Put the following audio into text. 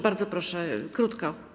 Bardzo proszę krótko.